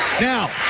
Now